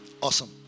awesome